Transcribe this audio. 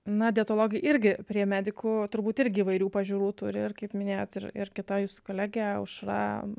na dietologai irgi prie medikų turbūt irgi įvairių pažiūrų turi ir kaip minėjot ir ir kita jūsų kolegė aušra